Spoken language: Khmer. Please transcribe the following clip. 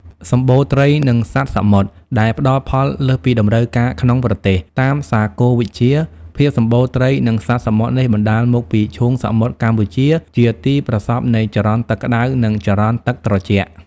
សម្បូរត្រី និងសត្វសមុទ្រ ដែលផ្តល់ផលលើសពីតម្រូវការក្នុងប្រទេស។ តាមសាគរវិទ្យា ភាពសម្បូរត្រី និងសត្វសមុទ្រនេះបណ្តាលមកពីឈូងសមុទ្រកម្ពុជាជា ទីប្រសព្វនៃចរន្តទឹកក្តៅ និងចរន្តទឹកត្រជាក់។